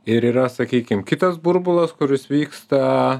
ir yra sakykim kitas burbulas kuris vyksta